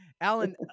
Alan